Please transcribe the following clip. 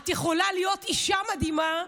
את יכולה להיות אישה מדהימה,